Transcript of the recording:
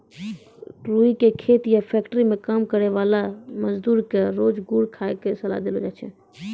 रूई के खेत या फैक्ट्री मं काम करै वाला मजदूर क रोज गुड़ खाय के सलाह देलो जाय छै